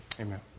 Amen